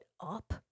up